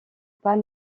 pas